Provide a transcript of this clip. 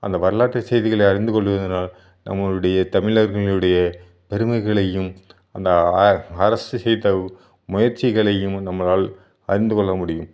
அந்த வரலாற்று செய்திகளை அறிந்து கொள்வதனால் நம்மளுடைய தமிழர்களினுடைய பெருமைகளையும் அந்த அ அரசு செய்த முயற்சிகளையும் நம்மளால் அறிந்துக்கொள்ள முடியும்